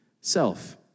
self